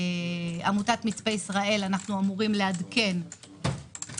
עמותת מצפה ישראל אנו אמורים לעדכן ביחד